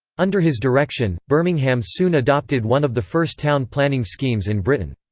under his direction, birmingham soon adopted one of the first town planning schemes in britain.